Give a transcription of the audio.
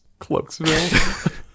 Cloaksville